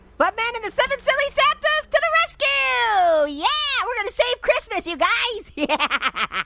buttman and the seven silly santas to the rescue! so yeah, we're gonna save christmas you guys! yeah